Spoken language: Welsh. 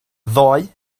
ddoe